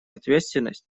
ответственность